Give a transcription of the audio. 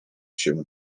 się